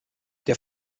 der